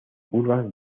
curvas